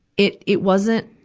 it, it wasn't,